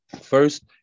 first